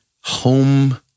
home